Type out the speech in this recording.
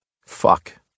Fuck